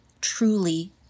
truly